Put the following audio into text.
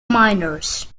minors